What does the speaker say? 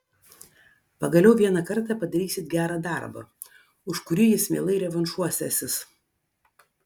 pagaliau vieną kartą padarysit gerą darbą už kurį jis mielai revanšuosiąsis